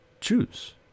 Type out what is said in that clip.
choose